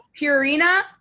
purina